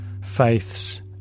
faiths